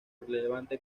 relevante